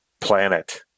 planet